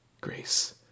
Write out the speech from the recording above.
grace